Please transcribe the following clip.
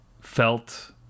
felt